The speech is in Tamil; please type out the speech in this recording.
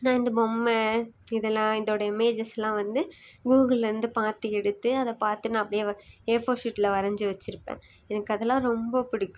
இந்த பொம்மை இதெல்லாம் இதோடைய இமேஜஸ் எல்லாம் வந்து கூகுலந்து பார்த்து எடுத்து அதை பார்த்து நான் அப்படே ஏஃபோர் ஸீட்டில் வரஞ்சு வச்சுருப்பன் எனக்கு அதெலாம் ரொம்ப பிடிக்கும்